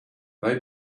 they